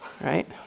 right